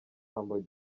humble